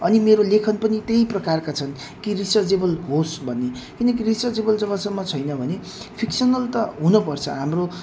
अनि मेरो लेखन पनि त्यही प्रकारका छन् कि रिसर्चेबल होस् भन्ने किनकि रिसर्चेबल जबसम्म छैन भने फिक्सनल त हुनुपर्छ हाम्रो